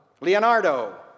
Leonardo